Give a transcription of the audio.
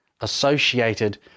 associated